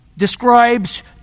describes